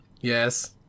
Yes